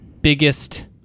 biggest